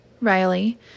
Riley